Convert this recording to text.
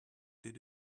did